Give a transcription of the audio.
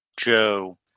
Joe